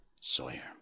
Sawyer